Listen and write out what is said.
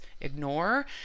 ignore